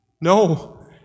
no